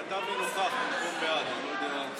זה כתב לי נוכח במקום בעד, אני לא יודע למה.